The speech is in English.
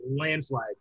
landslide